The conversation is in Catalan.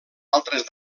altres